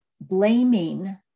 blaming